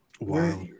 Wow